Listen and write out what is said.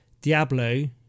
Diablo